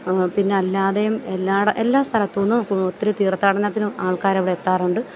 പിന്നല്ലാതെയും എല്ലായിടവും എല്ലാ സ്ഥലത്തുന്നും ഒത്തിരി തീർത്ഥാടനത്തിനും ആൾക്കാർ അവിടെ എത്താറുണ്ട്